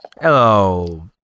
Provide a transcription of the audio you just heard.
Hello